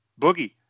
Boogie